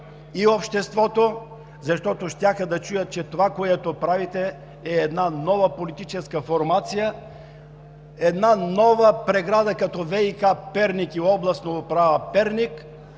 и обществото, защото щяха да чуят, че това, което правите, е една нова политическа формация, една нова преграда, като ВиК – Перник, и Областна управа – Перник,